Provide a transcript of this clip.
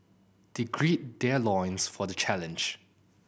they gird their loins for the challenge